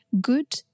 Good